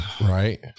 right